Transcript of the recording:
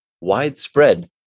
widespread